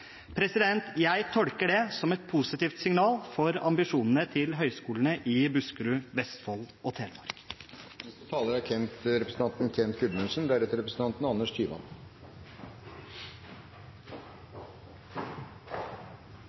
vurderinger. Jeg tolker det som et positivt signal for ambisjonene til høgskolene i Buskerud, Vestfold og Telemark.